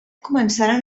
començaren